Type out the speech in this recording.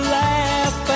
laugh